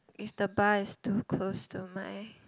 if the bar is too close to my